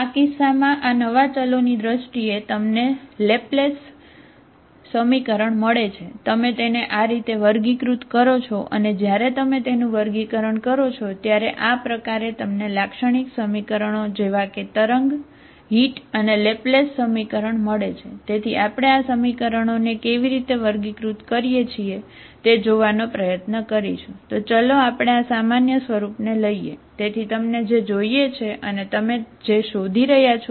આ કિસ્સામાં આ નવા ચલોની દ્રષ્ટિએ તમને લેપ્લેસ સમીકરણ શોધી રહ્યા છો